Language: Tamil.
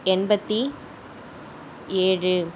எண்பத்தி ஏழு